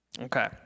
Okay